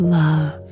love